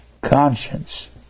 conscience